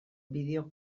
bideo